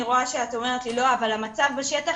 אני רואה שאת אומרת לי לא אבל המצב בשטח